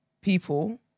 people